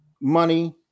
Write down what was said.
money